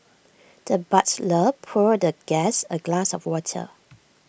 the butler poured the guest A glass of water